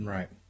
Right